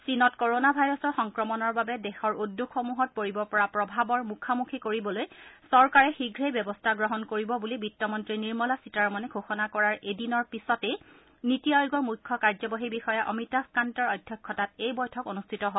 চীনত কৰোণা ভাইৰাছৰ সংক্ৰমণৰ বাবে দেশৰ উদ্যোগসমূহত পৰিব পৰা প্ৰভাৱৰ মুখামুখী কৰিবলৈ চৰকাৰে শীঘ্ৰেই ব্যৱস্থা গ্ৰহণ কৰিব বুলি বিত্তমন্তী নিৰ্মলা সীতাৰমণে ঘোষণা কৰাৰ এদিনৰ পিছতেই নীতি আয়োগৰ মুখ্য কাৰ্যবাহী বিষয়া অমিতাভ কান্তৰ অধ্যক্ষতাত এই বৈঠক অনুষ্ঠিত হয়